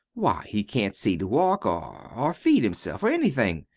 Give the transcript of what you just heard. why, he can't see to walk or or feed himself, or anything.